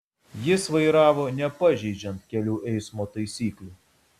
jis vairavo nepažeidžiant kelių eismo taisyklių